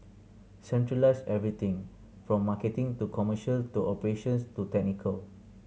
centralise everything from marketing to commercial to operations to technical